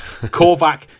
korvac